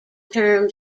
term